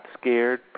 scared